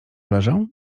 leżę